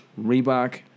Reebok